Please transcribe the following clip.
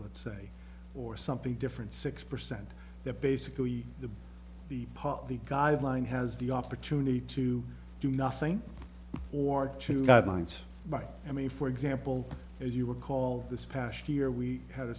let's say or something different six percent that basically the the the guideline has the opportunity to do nothing or to guidelines by i mean for example as you would call this past year we had a